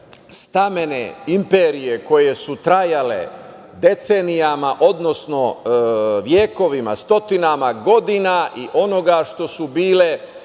stamene imperije koja su trajale decenijama, odnosno vekovima, stotinama godina i onoga što su bile